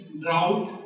drought